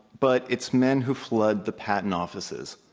but it's men who flood the patent offices